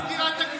זה ביזיון.